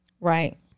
Right